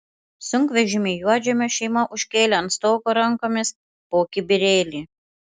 sunkvežimį juodžemio šeima užkėlė ant stogo rankomis po kibirėlį